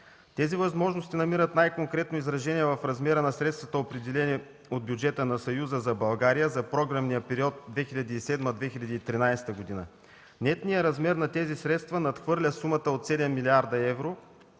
Тези възможности намират най-конкретно изражение в размера на средствата, определени от бюджета на Съюза за България за програмния период 2007-2013 г. Нетният размер на тези средства надхвърля сумата от 7 млрд. евро